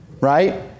right